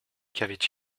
qu’avait